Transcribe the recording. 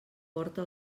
porta